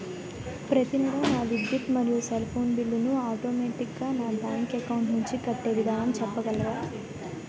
ప్రతి నెల నా విద్యుత్ మరియు సెల్ ఫోన్ బిల్లు ను ఆటోమేటిక్ గా నా బ్యాంక్ అకౌంట్ నుంచి కట్టే విధానం చెప్పగలరా?